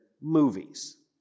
movies